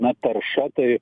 na tarša tai